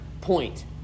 point